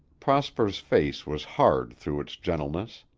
prosper's face was hard through its gentleness.